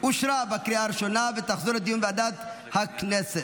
לוועדת הכנסת,